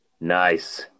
Nice